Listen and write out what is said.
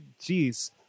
Jeez